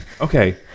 Okay